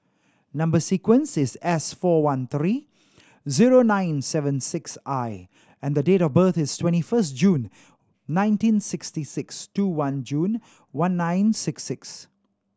number sequence is S four one three zero nine seven six I and the date of birth is twenty first June nineteen sixty six two one June one nine six six